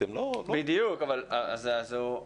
אבל אם יש שמקרה ספציפי,